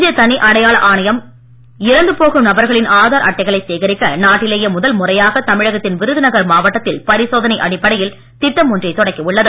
இந்திய தனி அடையாள ஆணையம் இறந்துபோகும் நபர்களின் ஆதார் அட்டைகளை சேகரிக்க நாட்டிலேயே முதல் முறையாக தமிழகத்தின் விருதுநகர் மாவட்டத்தில் பரிசோதனை அடிப்படையில் திட்டம் ஒன்றைத் தொடக்கியுள்ளது